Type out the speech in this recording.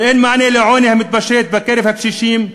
ואין מענה לעוני המתפשט בקרב הקשישים,